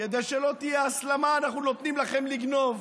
כדי שלא תהיה הסלמה אנחנו נותנים לכם לגנוב,